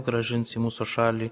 grąžins į mūsų šalį